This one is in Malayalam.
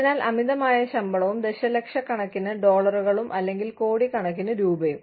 അതിനാൽ അമിതമായ ശമ്പളവും ദശലക്ഷക്കണക്കിന് ഡോളറുകളും അല്ലെങ്കിൽ കോടിക്കണക്കിന് രൂപയും